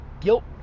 guilt